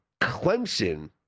Clemson